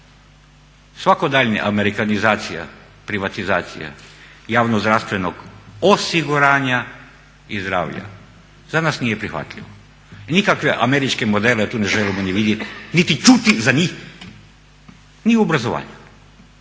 Svako daljnja amerikanizacija, privatizacija javnozdravstvenog osiguranja i zdravlja za nas nije prihvatljivo. I nikakve američke modele tu ne želimo ni vidjeti niti čuti za njih ni u obrazovanju,